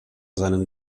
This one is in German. seinen